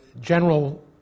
general